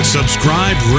Subscribe